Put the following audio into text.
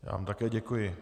Já vám také děkuji.